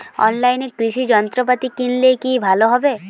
অনলাইনে কৃষি যন্ত্রপাতি কিনলে কি ভালো হবে?